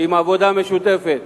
עם עבודה משותפת